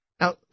Now